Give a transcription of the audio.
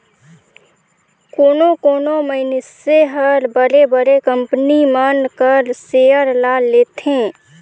कोनो कोनो मइनसे हर बड़े बड़े कंपनी मन कर सेयर ल लेथे